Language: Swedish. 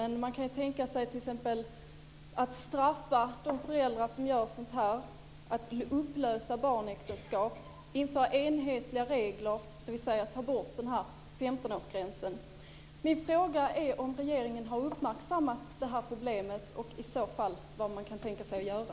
Men man kan t.ex. tänka sig att straffa de föräldrar som gör sådant här, att upplösa barnäktenskap och att införa enhetliga regler, dvs. ta bort 15-årsgränsen. Min fråga är om regeringen har uppmärksammat det här problemet och i så fall vad man kan tänka sig att göra.